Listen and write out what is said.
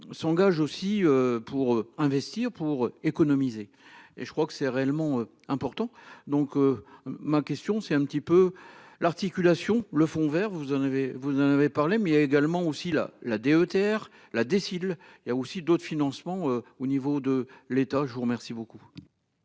S'engage aussi pour investir pour économiser et je crois que c'est réellement important donc. Ma question c'est un petit peu l'articulation. Le Fonds Vert, vous en avez, vous en avez parlé mais il y a également aussi la la DETR la déciles. Il y a aussi d'autres financements au niveau de l'État. Je vous remercie beaucoup.